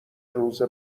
روز